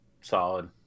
Solid